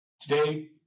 Today